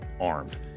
armed